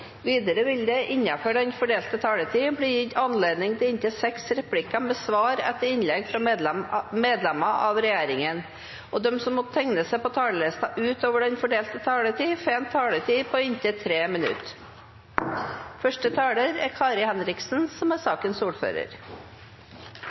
Videre vil det – innenfor den fordelte taletid – bli gitt anledning til inntil seks replikker med svar etter innlegg fra medlemmer av regjeringen, og de som måtte tegne seg på talerlisten utover den fordelte taletid, får en taletid på inntil 3 minutter. Norge er et demokratisk land som troner øverst på The Economist Democracy Index. Det er